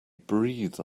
breathe